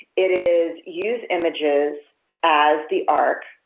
it is use images as the arc,